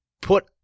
put